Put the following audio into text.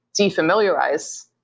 defamiliarize